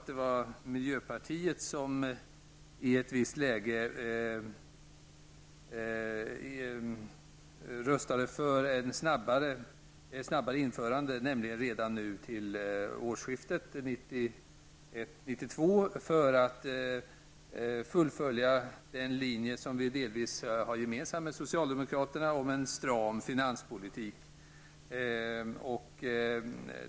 Det var miljöpartiet som i ett visst läge röstade för ett snabbare införande, nämligen redan nu till årsskiftet 1991-1992, för att fullfölja den linje som vi delvis har gemensamt med socialdemokraterna om en stram finanspolitik.